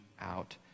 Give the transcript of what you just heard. out